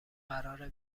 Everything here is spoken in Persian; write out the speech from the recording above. قراره